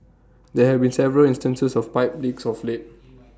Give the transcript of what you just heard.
there have been several instances of pipe leaks of late